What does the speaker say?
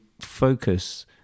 focus